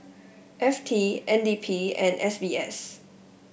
F T N D P and S B S